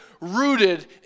rooted